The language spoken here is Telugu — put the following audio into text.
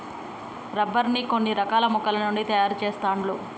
రబ్బర్ ను కొన్ని రకాల మొక్కల నుండి తాయారు చెస్తాండ్లు